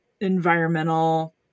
environmental